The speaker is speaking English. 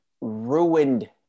ruined